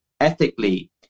ethically